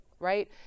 Right